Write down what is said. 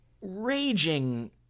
raging